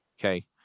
okay